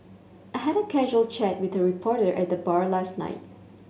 I had a casual chat with a reporter at the bar last night